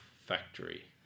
factory